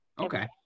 okay